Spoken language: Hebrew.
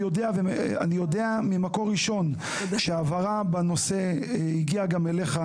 אני יודע ממקור ראשון שהבהרה בנושא הגיעה גם אליך.